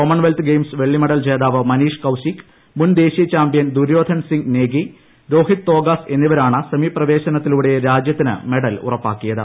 Commonwealth Games വെള്ളി medal ജേതാവ് മനിഷ് കൌശിക്ക് മുൻ ദേശീയ ചാമ്പ്യൻ ദൂര്യോധൻ സിംഗ് നേഗി രോഹിത് തോകാസ് എന്നിവരാണ് സ്ലെമി പ്രവേശനത്തിലൂടെ രാജ്യത്തിന് മെഡൽ ഉറപ്പാക്കിയത്